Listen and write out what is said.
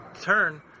turn